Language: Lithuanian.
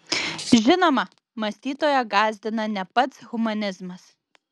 žinoma mąstytoją gąsdina ne pats humanizmas